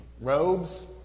robes